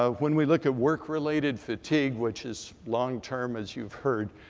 ah when we look at work-related fatigue, which is long-term as you've heard,